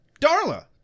Darla